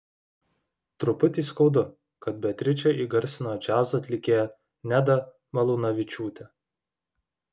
truputį skaudu kad beatričę įgarsino džiazo atlikėja neda malūnavičiūtė